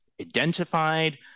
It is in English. identified